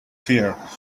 fear